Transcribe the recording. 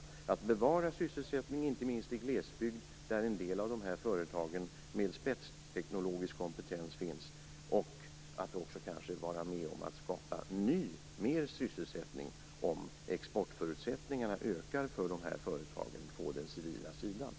Det gäller att bevara sysselsättning, inte minst i glesbygd där en del av dessa företag med spetsteknologisk kompetens finns. Om exportförutsättningarna för dessa företag ökar på den civila sidan, då kan det kanske också skapas ny sysselsättning.